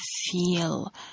feel